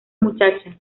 muchacha